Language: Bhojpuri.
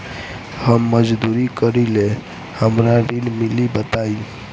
हम मजदूरी करीले हमरा ऋण मिली बताई?